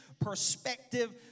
perspective